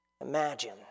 Imagine